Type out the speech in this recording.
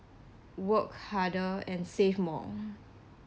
work harder and save more